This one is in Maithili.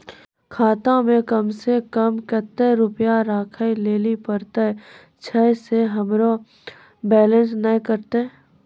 खाता मे कम सें कम कत्ते रुपैया राखै लेली परतै, छै सें हमरो बैलेंस नैन कतो?